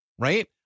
right